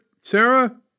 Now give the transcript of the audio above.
Sarah